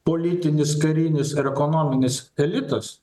politinis karinis ir ekonominis elitas